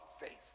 faith